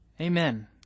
Amen